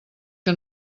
que